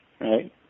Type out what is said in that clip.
right